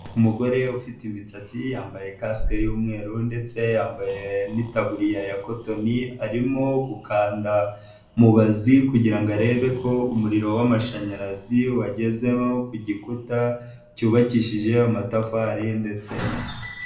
Umugore ufite imisatsi, yambaye kasike y'umweru ndetse yambaye n'itaburiya ya kotonni arimo gukanda mubazi kugira ngo arebe ko umuriro wmashanyarazi wagezemo ku gikuta, cyubakishije amatafari ndetse na sima.